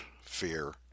fear